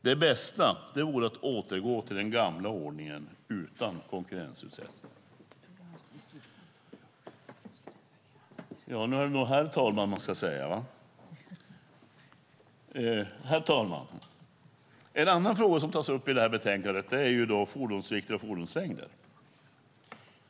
Det bästa vore att återgå till den gamla ordningen utan konkurrensutsättning. Herr talman! En annan fråga som tas upp i betänkandet är fordonsvikter och fordonslängder.